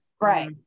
right